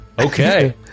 Okay